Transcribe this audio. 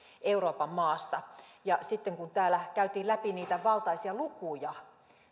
euroopan maassa sitten kun täällä käytiin läpi niitä valtaisia lukuja